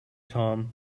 tom